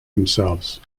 themselves